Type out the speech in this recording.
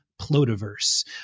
Plotiverse